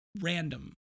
random